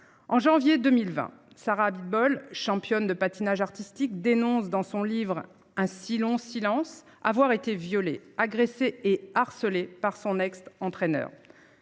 En janvier 2020, Sarah Abitbol championne de patinage artistique dénonce dans son livre un si long silence avoir été violées agressées et harcelées par son ex-entraîneur.